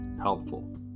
helpful